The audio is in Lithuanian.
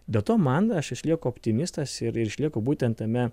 be to man aš išlieku optimistas ir išlieko būtent tame